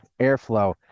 airflow